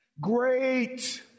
great